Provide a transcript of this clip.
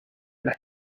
las